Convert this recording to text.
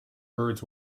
birds